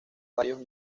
varios